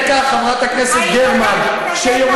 אני בעד החוק של בני בגין.